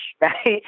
right